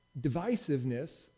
divisiveness